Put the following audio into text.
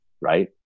Right